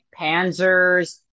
panzers